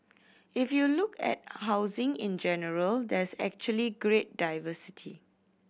if you look at housing in general there's actually great diversity